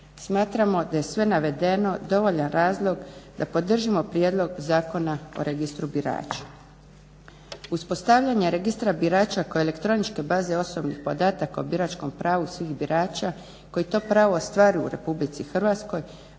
Smatramo da je sve navedeno dovoljan razlog da podržimo Prijedlog zakona o Registru birača. Uspostavljanje Registra birača kao elektroničke baze osobnih podataka o biračkom pravu svih birača koji to pravo ostvaruju u Republici Hrvatskoj